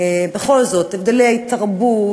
בכל זאת, הבדלי תרבות,